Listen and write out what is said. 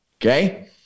Okay